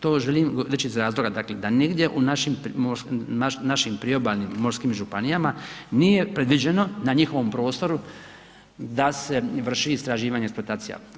To želim reći iz razloga da nigdje u našim priobalnim morskim županijama nije predviđeno na njihovom prostoru da se vrši istraživanje i eksploatacija.